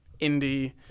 indie